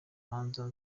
manza